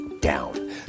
down